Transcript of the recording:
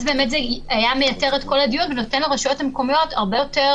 אז זה היה מייתר את כל הדיון ונותן לרשויות המקומיות הרבה יותר